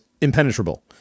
impenetrable